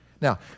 Now